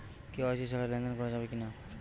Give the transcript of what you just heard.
KYC ছাড়া লেনদেন করা যাবে কিনা?